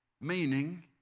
Meaning